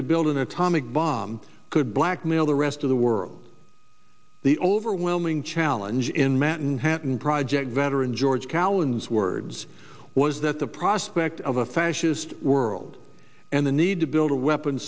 to build an atomic bomb could blackmail the rest of the world the overwhelming challenge in manhattan project veteran george callan's words was that the prospect of a fascist world and the need to build a weapon